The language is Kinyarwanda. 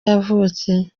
yavutse